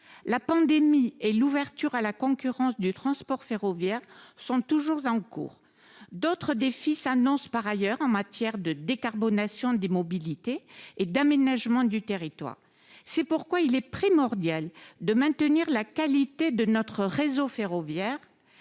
la pandémie et l'ouverture à la concurrence du transport ferroviaire, sont toujours en cours, d'autres défis s'annoncent par ailleurs en matière de décarbonation des mobilités et d'aménagement du territoire, c'est pourquoi il est primordial de maintenir la qualité de notre réseau ferroviaire